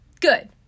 Good